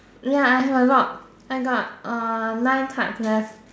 ya I have a lot I got uh nine cards left